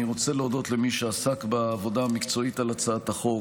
אני רוצה להודות למי שעסק בעבודה המקצועית על הצעת החוק,